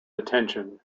attention